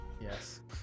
Yes